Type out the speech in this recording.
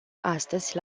astăzi